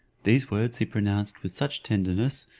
these words he pronounced with such tenderness,